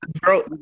girl